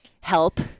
help